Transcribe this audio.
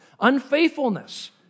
Unfaithfulness